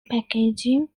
packaging